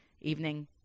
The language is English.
evening